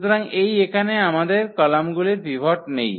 সুতরাং এই এখানে আমাদের কলামগুলিতে পিভট নেই